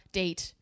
date